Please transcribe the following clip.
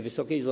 Wysoka Izbo!